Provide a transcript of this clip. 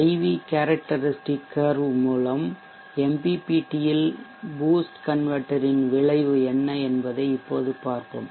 IV characteristic curve மூலம் MPPT இல் boost converter இன் விளைவு என்ன என்பதை இப்போது பார்ப்போம்